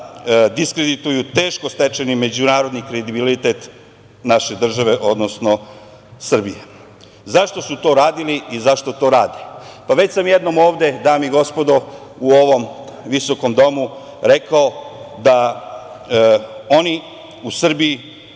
diskredituju teško stečeni međunarodni kredibilitet naše države Srbije.Zašto su to radili i zašto to rade? Već sam jednom ovde, dame i gospodo, u ovom visokom domu rekao da oni u Srbiji